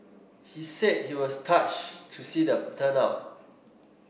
he said he was touched to see the turnout